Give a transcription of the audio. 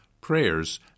prayers